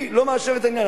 אני לא מאשר את העניין.